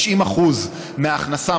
90% מההכנסה,